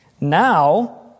Now